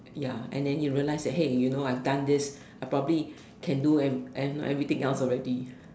ya and than you realized that hey you know I have don't this I properly can do every~ you know everything else already